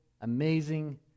amazing